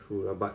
true lah but